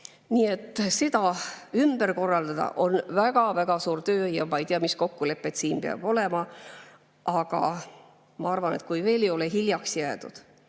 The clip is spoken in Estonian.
Nii et seda ümber korraldada on väga-väga suur töö ja ma ei tea, mis kokkuleppeid siin peaks olema. Aga ma arvan, et kui ei ole hiljaks jäädud,